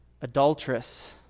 adulteress